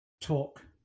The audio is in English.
talk